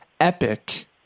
epic